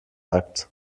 akt